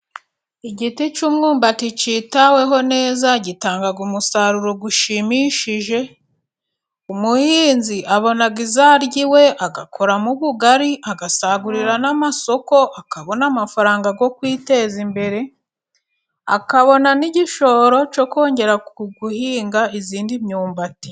Igiti cy'umwumbati cyitaweho neza gitanga umusaruro ushimishije. Umuhinzi abona iyo arya iwe agakoramo ubugari agasagurira n'amasoko akabona amafaranga yo kwiteza imbere, akabona n'igishoro cyo kongera guhinga iyindi myumbati.